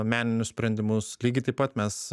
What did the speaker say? meninius sprendimus lygiai taip pat mes